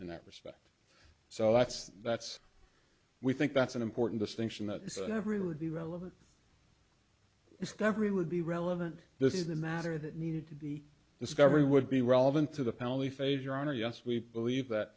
in that respect so that's that's we think that's an important distinction that every would be relevant discovery would be relevant this is a matter that needed to be discovery would be relevant to the penalty phase your honor yes we believe that